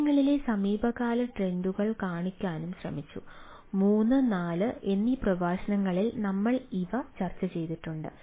കാര്യങ്ങളിലെ സമീപകാല ട്രെൻഡുകൾ കാണിക്കാനും ശ്രമിച്ചു 3 4 എന്നീ പ്രഭാഷണങ്ങളിൽ നമ്മൾ ഇവ ചർച്ചചെയ്തിട്ടുണ്ട്